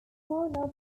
comprises